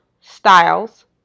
styles